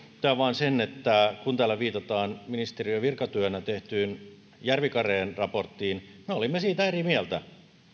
totean vain sen että kun täällä viitataan ministeriön virkatyönä tehtyyn järvikareen raporttiin me olimme siitä eri mieltä